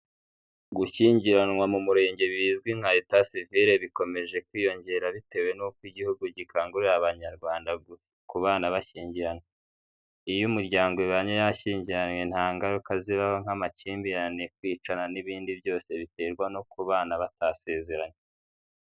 Gushyingiranwa mu Murenge bizwi nka etasivire bikomeje kwiyongera bitewe n'uko igihugu gikangurira abanyarwanda kubana bashyingiranwe, iyo imiryango ibanye yashyingiranywe nta ngaruka zibaho nk'amakimbirane kwicana n'ibindi byose biterwa no kubana batasezeranye.